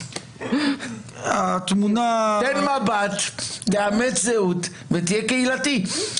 תן מבט, תאמץ זהות ותהיה קהילתי.